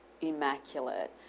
immaculate